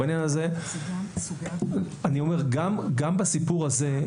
שגם בסיפור הזה,